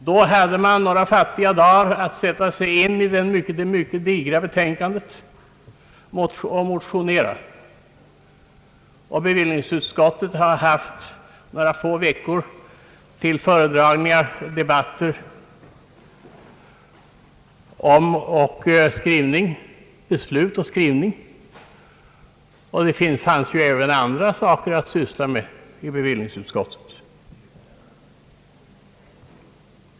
Då hade vi några fattiga dagar att sätta oss in i det mycket digra betänkandet och motionera. Bevillningsutskottet har haft några få veckor till föredragningar och debatter för beslut och skrivning, och det fanns ju även andra saker att syssla med i bevillningsutskottet.